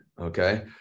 okay